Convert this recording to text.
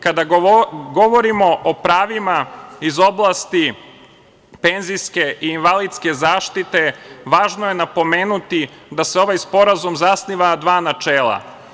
Kada govorimo o pravima iz oblasti penzijske i invalidske zaštite važno je napomenuti da se ovaj sporazum zasniva na dva načela.